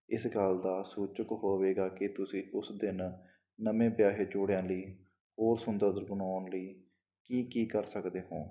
ਇਸ ਗੱਲ ਦਾ ਸੂਚਕ ਹੋਵੇਗਾ ਕਿ ਤੁਸੀਂ ਉਸ ਦਿਨ ਨਵੇਂ ਵਿਆਹੇ ਜੋੜਿਆਂ ਲਈ ਹੋਰ ਸੁੰਦਰ ਬਣਾਉਣ ਲਈ ਕੀ ਕੀ ਕਰ ਸਕਦੇ ਹੋ